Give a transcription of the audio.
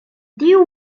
tiu